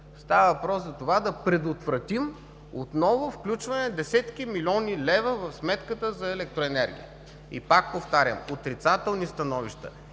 става въпрос за това да предотвратим отново включване на десетки милиони лева в сметката за електроенергия. И пак повтарям – отрицателни становища